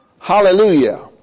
Hallelujah